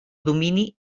domini